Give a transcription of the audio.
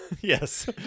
yes